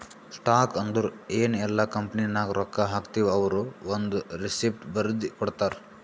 stock ಅಂದುರ್ ಎನ್ ಇಲ್ಲ ಕಂಪನಿನಾಗ್ ರೊಕ್ಕಾ ಹಾಕ್ತಿವ್ ಅವ್ರು ಒಂದ್ ರೆಸಿಪ್ಟ್ ಬರ್ದಿ ಕೊಡ್ತಾರ್